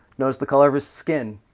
notice the color of his skin?